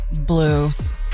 Blues